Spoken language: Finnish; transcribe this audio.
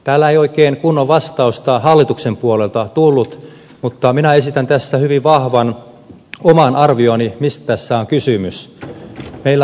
täällä ei oikein kunnon vastausta hallituksen puolelta tullut mutta minä esitän tässä hyvin vahvan oman arvioni mistä tässä on kysymys